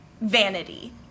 vanity